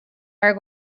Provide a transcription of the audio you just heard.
are